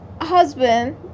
husband